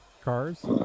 cars